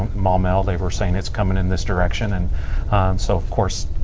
um um and they were saying it's coming in this direction. and so, of course,